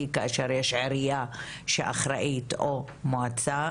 כאשר יש עירייה שאחראית או מועצה.